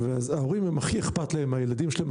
וההורים הם הכי אכפת להם מהילדים שלהם,